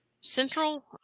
Central